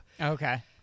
Okay